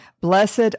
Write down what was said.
Blessed